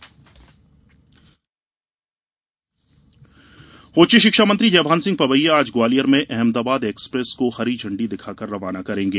Ahmedabad express उच्च शिक्षा मंत्री जयभान सिंह पवैया आज ग्वालियर में अहमदाबाद एक्सप्रेस को हरी झंडी दिखाकर रवाना करेंगे